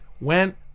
went